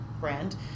brand